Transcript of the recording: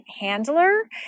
handler